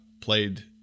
played